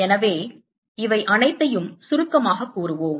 எனவே இவை அனைத்தையும் சுருக்கமாகக் கூறுவோம்